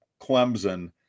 Clemson